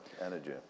energy